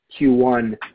Q1